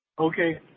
Okay